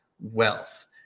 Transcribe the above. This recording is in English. wealth